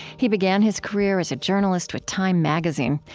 he began his career as a journalist with time magazine.